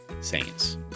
saints